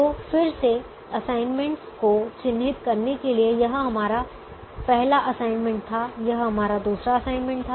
तो फिर से असाइनमेंट्स को चिह्नित करने के लिए यह हमारा पहला असाइनमेंट था यह हमारा दूसरा असाइनमेंट था